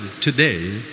today